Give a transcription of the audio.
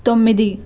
తొమ్మిది